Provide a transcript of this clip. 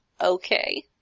okay